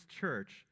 church